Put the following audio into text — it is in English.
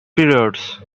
periods